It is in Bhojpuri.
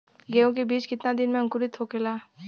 गेहूँ के बिज कितना दिन में अंकुरित होखेला?